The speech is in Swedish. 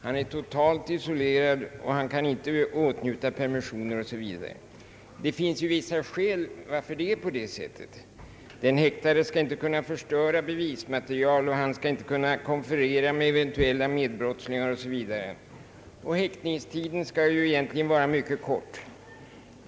Han är totalt isolerad, han kan inte åtnjuta permissioner osv. Det finns vissa skäl till detta: den häktade skall inte kunna förstöra bevismaterial, och han skall inte kunna konferera med eventuella medbrottslingar. Häktningstiden skall egentligen vara mycket kort.